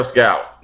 Scout